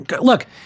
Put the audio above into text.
Look